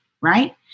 right